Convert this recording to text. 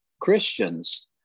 Christians